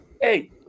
Hey